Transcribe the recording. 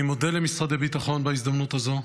אני מודה למשרד הביטחון בהזדמנות הזאת,